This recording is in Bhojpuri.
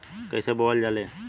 कईसे बोवल जाले?